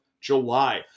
July